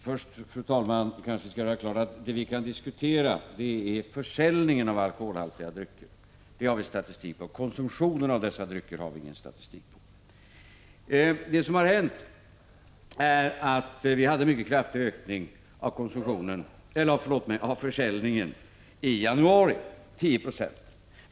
I Fru talman! Först kanske jag skall göra klart att det vi kan diskutera är försäljningen av alkoholhaltiga drycker. Den har vi statistik på. Konsumtio nen av dessa drycker har vi ingen statistik på. Det som har hänt är att vi hade en mycket kraftig ökning av försäljningen i januari — 10 Jo.